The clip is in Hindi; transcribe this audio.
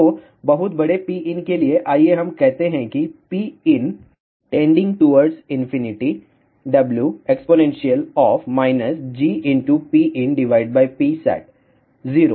तो बहुत बड़े Pin के लिए आइए हम कहते है कि Pin ∞ w exp GPinPsat 0 इसलिए PoutPsat